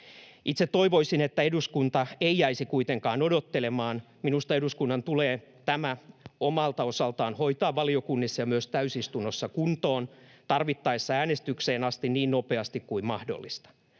Itse toivoisin, että eduskunta ei jäisi kuitenkaan odottelemaan. Minusta eduskunnan tulee tämä omalta osaltaan hoitaa valiokunnissa ja myös täysistunnossa kuntoon, tarvittaessa äänestykseen asti, niin nopeasti kuin mahdollista.